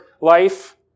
life